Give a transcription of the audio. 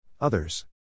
Others